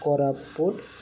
Koraput